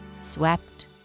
swept